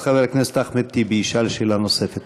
אז חבר הכנסת אחמד טיבי ישאל שאלה נוספת.